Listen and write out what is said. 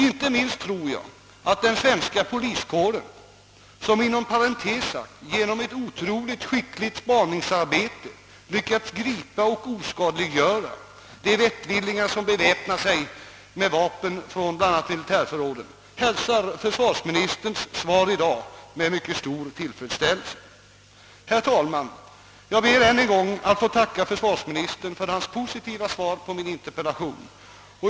Inte minst torde den svenska poliskåren, som inom parentes sagt genom ett otroligt skickligt spaningsarbete lyckats gripa och oskadliggöra vettvillingar som utrustat sig med vapen bl.a. från militärförråden, hälsa försvarsministerns svar i dag med mycket stor tillfredsställelse. Herr talman! Jag ber än en gång att få tacka försvarsministern för hans positiva svar på min interpellation.